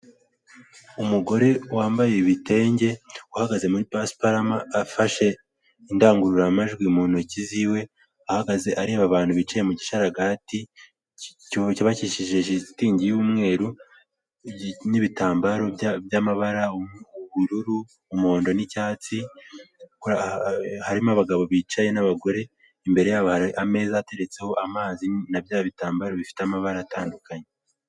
Umugore wambaye ibitenge uhagaze muri pasiparumu afashe indangururamajwi mu ntoki ziwe, ahagaze areba abantu bicaye mu gishararagati cyubakishije shitingi y'umweru n'ibitambaro by'amabara ubururu umuhondo n'icyatsi, harimo abagabo bicaye n'abagore imbere yabo hari ameza ateretseho amazi na bya bitambaro bifite amabara atandukanye.